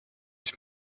ich